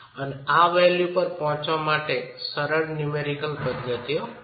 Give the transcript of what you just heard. અને આ વેલ્યુ પર પહોંચવા માટે સરળ ન્યૂમેરિકલ પદ્ધતિઓ ઉપલબ્ધ છે